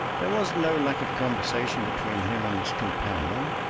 there was no lack of conversation between him and his companion.